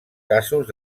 casos